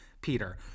Peter